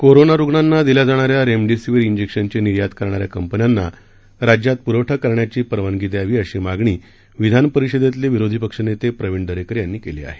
corona रुग्णांना दिल्या जाणाऱ्या रेमडेसिवीर इंजेक्शनची निर्यात करणाऱ्या कंपन्यांना राज्यात प्रवठा करण्याची परवानगी दयावी अशी मागणी विधान परिषदेतले विरोधी पक्ष नेता प्रविण दरेकर यांनी केली आहे